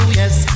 yes